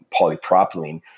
polypropylene